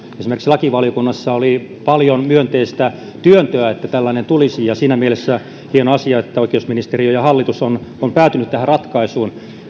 esimerkiksi lakivaliokunnassa oli paljon myönteistä työntöä että tällainen tulisi ja on siinä mielessä hieno asia että oikeusministeriö ja hallitus ovat päätyneet tähän ratkaisuun